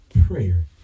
prayer